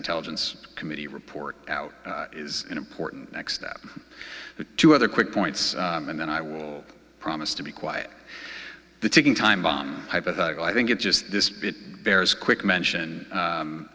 intelligence committee report out is an important next step but two other quick points and then i will promise to be quiet the ticking time bomb hypothetical i think it just bears quick mention